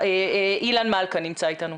אילן מלכה נמצא איתנו.